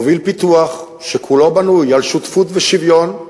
פיתוח שכולו בנוי על שותפות ושוויון,